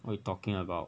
what you talking about